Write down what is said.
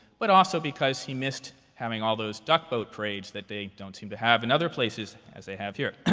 but also because he missed having all those duck boat parades that they don't seem to have in other places as they have here.